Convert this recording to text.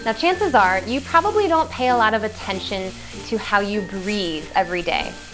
and chances are you probably don't pay a lot of attention to how you breathe every day,